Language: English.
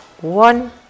one